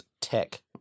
tech